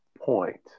point